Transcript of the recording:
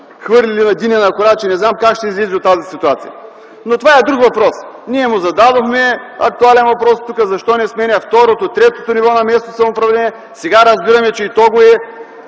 подхвърлили на динена кора, че не знам как ще излезе от тази ситуация. Но това е друг въпрос. Ние му зададохме актуален въпрос тук – защо не сменя второто, третото ниво на местно самоуправление. Сега разбираме, че и то го е